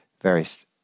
various